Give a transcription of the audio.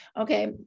Okay